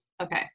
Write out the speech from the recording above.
Okay